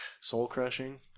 soul-crushing